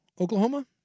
Oklahoma